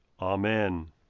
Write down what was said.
Amen